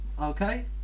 okay